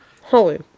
Holy